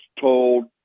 told